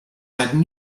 had